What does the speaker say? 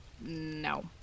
No